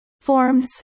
Forms